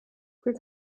kui